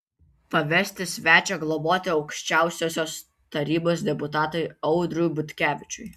pavesti svečią globoti aukščiausiosios tarybos deputatui audriui butkevičiui